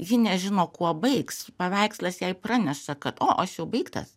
ji nežino kuo baigs paveikslas jai praneša kad o aš jau baigtas